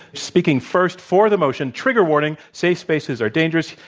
speaking first for the motion, trigger warning safe spaces are dangerous,